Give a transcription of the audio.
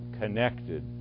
connected